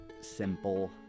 simple